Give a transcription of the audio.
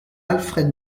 alfred